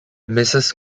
mrs